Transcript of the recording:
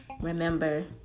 remember